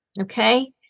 Okay